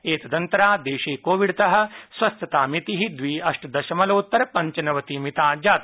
एतदन्तरा देशे कोविडतः स्वस्थतामितिः द्वि अष्ट दशमलवोत्तर पंचनवतिमिता जाता